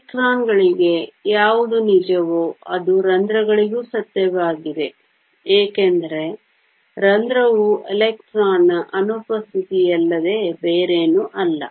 ಎಲೆಕ್ಟ್ರಾನ್ಗಳಿಗೆ ಯಾವುದು ನಿಜವೋ ಅದು ರಂಧ್ರಗಳಿಗೂ ಸತ್ಯವಾಗಿದೆ ಏಕೆಂದರೆ ರಂಧ್ರವು ಎಲೆಕ್ಟ್ರಾನ್ನ ಅನುಪಸ್ಥಿತಿಯಲ್ಲದೆ ಬೇರೇನೂ ಅಲ್ಲ